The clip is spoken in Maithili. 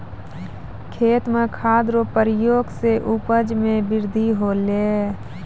खेत मे खाद रो प्रयोग से उपज मे बृद्धि होलै